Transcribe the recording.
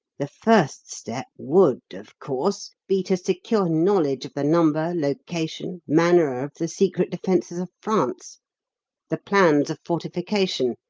the first step would, of course, be to secure knowledge of the number, location, manner of the secret defences of france the plans of fortification,